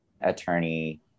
attorney